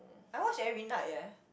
I watch every night eh